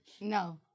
No